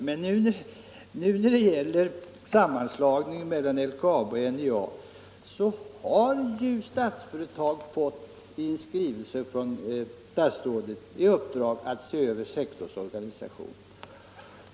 Men när det gäller sammanslagningen av LKAB och NJA har ju Statsföretag AB i en skrivelse från statsrådet fått i uppdrag att se över sektororganisationen.